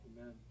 Amen